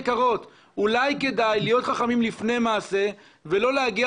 אולי כדאי להיות חכמים לפני מעשה ולא להגיע